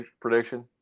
prediction